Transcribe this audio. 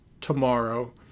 tomorrow